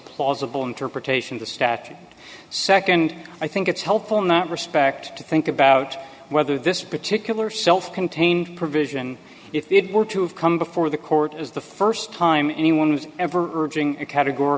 plausible interpretation the statute second i think it's helpful not respect to think about whether this particular self contained provision if it were to have come before the court is the first time anyone who's ever urging a categor